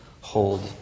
hold